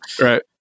Right